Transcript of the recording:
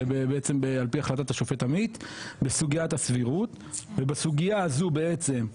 ובעצם על פי החלטת השופט עמית בסוגיית הסבירות ובסוגיה הזו בעצם,